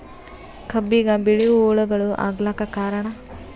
ಕಬ್ಬಿಗ ಬಿಳಿವು ಹುಳಾಗಳು ಆಗಲಕ್ಕ ಕಾರಣ?